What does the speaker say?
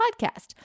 podcast